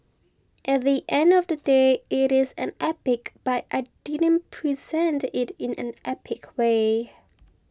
at the end of the day it is an epic but I didn't present it in an epic way